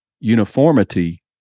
uniformity